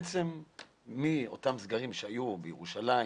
מאותם סגרים שהיו בירושלים,